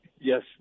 Yes